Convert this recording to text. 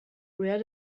where